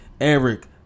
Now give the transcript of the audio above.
eric